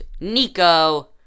Nico